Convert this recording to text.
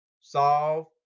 solve